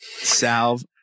salve